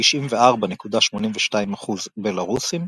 94.82% בלארוסים,